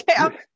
Okay